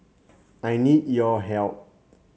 I need your help